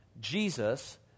Jesus